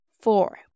Four